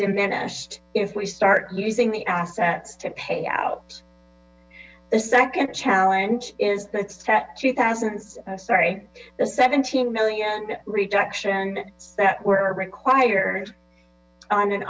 diminished if we start using the assets to pay the second challenge is that to thousands sorry the seventeen million reduction that were required on an